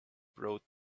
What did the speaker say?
brought